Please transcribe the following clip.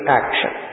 action